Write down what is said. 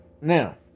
Now